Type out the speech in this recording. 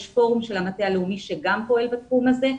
יש פורום של המטה הלאומי שגם פועל בתחום הזה.